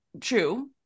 true